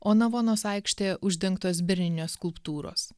o navonos aikštė uždengtos berninio skulptūros